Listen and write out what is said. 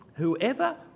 Whoever